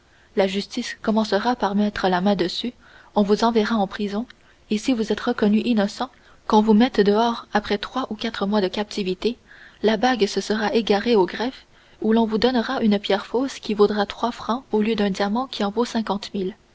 la justice commencera par mettre la main dessus on vous enverra en prison et si vous êtes reconnu innocent qu'on vous mette dehors après trois ou quatre mois de captivité la bague se sera égarée au greffe ou l'on vous donnera une pierre fausse qui vaudra trois francs au lieu d'un diamant qui en vaut cinquante